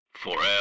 Forever